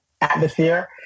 atmosphere